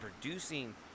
producing